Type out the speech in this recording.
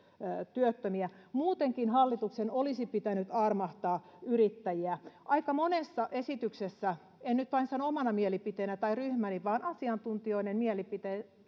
työttömiä muutenkin hallituksen olisi pitänyt armahtaa yrittäjiä aika monessa esityksessä en nyt sano tätä vain omana tai ryhmäni mielipiteenä vaan asiantuntijoiden mielipiteenä